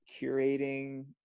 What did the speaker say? curating